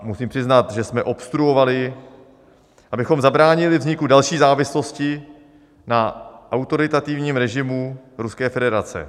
Musím přiznat, že jsme obstruovali, abychom zabránili vzniku další závislosti na autoritativním režimu Ruské federace.